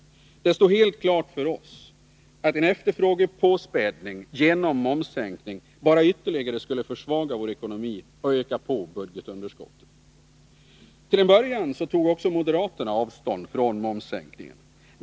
Det stod helt klart för oss att en efterfrågepåspädning genom momssänkning bara ytterligare skulle försvaga vår ekonomi och öka på budgetunderskottet. Till en början tog också moderaterna avstånd från momssänkningen.